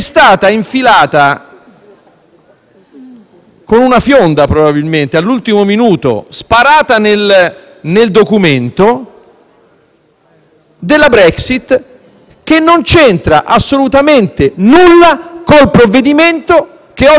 con una fionda, all'ultimo minuto, nel documento della Brexit, che non c'entra assolutamente nulla con il provvedimento che oggi quest'Assemblea si accinge a votare.